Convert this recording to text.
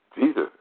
Jesus